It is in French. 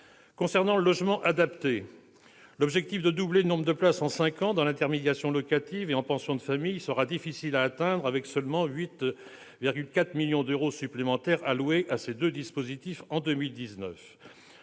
Concernant le logement adapté, l'objectif de doubler le nombre de places en cinq ans dans l'intermédiation locative et en pensions de familles sera difficile à atteindre avec seulement 8,4 millions d'euros supplémentaires alloués à ces deux dispositifs en 2019.